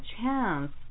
chance